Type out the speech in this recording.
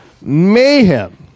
Mayhem